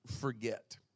forget